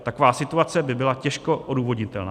Taková situace by byla těžko odůvodnitelná.